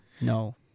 No